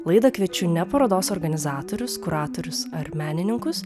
laidą kviečiu ne parodos organizatorius kuratorius ar menininkus